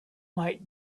might